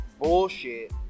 bullshit